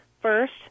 First